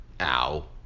Ow